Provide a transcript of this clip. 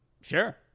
Sure